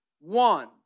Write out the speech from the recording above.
one